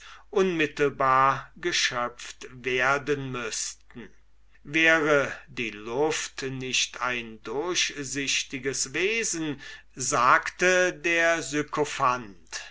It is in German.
unmittelbar geschöpft werden müßten wäre die luft nicht ein durchsichtiges wesen sagte der